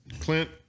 Clint